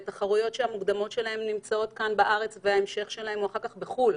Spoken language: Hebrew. בתחרויות שהמוקדמות שלהן נמצאות כאן בארץ וההמשך שלהם הוא אחר כך בחו"ל.